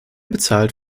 bezahlt